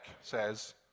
says